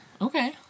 Okay